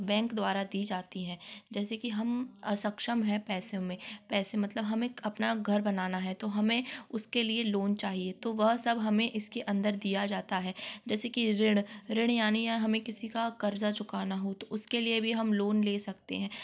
bank द्वारा दी जाती है जैसे कि हम असक्षम है पैसो में पैसे मतलब हम एक अपना घर बनाना है तो हमें उसके लिए लोन चाहिए तो वह सब हमें इसके अंदर दिया जाता है जैसे कि ऋण ऋण यानि या हमें किसी का कर्जा चुकाना हो तो उसके लिए भी हम लोन ले सकते हैं